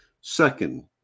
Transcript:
second